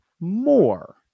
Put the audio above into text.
more